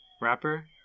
rapper